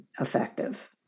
effective